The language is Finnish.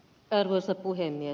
arvoisa puhemies